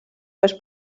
més